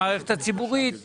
המערכת הציבורית והחקלאות?